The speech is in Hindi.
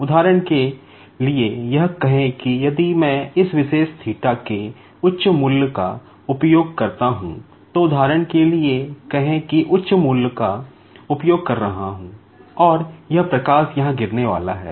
उदाहरण के लिए यह कहें कि यदि मैं इस विशेष के उच्च मूल्य का उपयोग करता हूं तो उदाहरण के लिए कहें मैं उच्च मूल्य का उपयोग कर रहा हूं और यह प्रकाश यहां गिरने वाला है